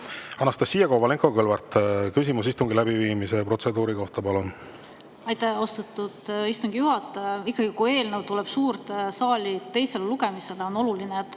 Anastassia Kovalenko-Kõlvart, küsimus istungi läbiviimise protseduuri kohta, palun! Aitäh, austatud istungi juhataja! Ikkagi, kui eelnõu tuleb suurde saali teisele lugemisele, on oluline, et